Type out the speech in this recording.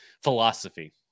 philosophy